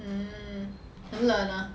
mm 很冷 ah